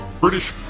British